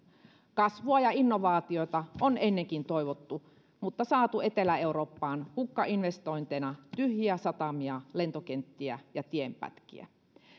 kasvua ja innovaatioita on ennenkin toivottu mutta saatu etelä eurooppaan hukkainvestointeina tyhjiä satamia lentokenttiä ja tienpätkiä